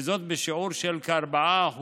וזאת בשיעור של כ-4%,